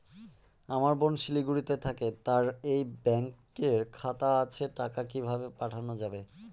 আমার বোন শিলিগুড়িতে থাকে তার এই ব্যঙকের খাতা আছে টাকা কি ভাবে পাঠানো যাবে?